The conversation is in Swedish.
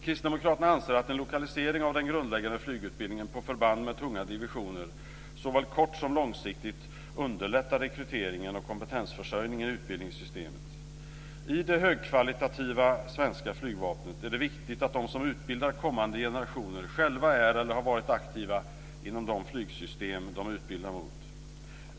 Kristdemokraterna anser att en lokalisering av den grundläggande flygutbildningen på förband med tunga divisioner såväl kort som långsiktigt underlättar rekryteringen och kompetensförsörjningen i utbildningssystemet. I det högkvalitativa svenska flygvapnet är det viktigt att de som utbildar kommande generationer själva är eller har varit aktiva inom de flygsystem de utbildar mot.